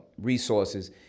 resources